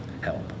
help